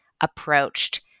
approached